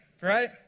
right